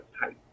type